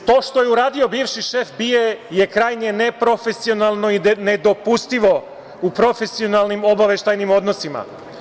To što je uradio bivši šef BIA je krajnje neprofesionalno i nedopustivo u profesionalnim obaveštajnim odnosima.